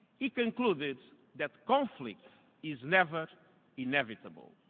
he concluded that conflict is never inevitable.